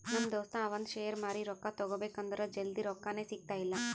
ನಮ್ ದೋಸ್ತ ಅವಂದ್ ಶೇರ್ ಮಾರಿ ರೊಕ್ಕಾ ತಗೋಬೇಕ್ ಅಂದುರ್ ಜಲ್ದಿ ರೊಕ್ಕಾನೇ ಸಿಗ್ತಾಯಿಲ್ಲ